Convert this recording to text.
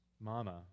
Mama